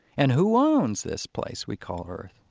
and who owns this place we call earth?